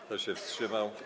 Kto się wstrzymał?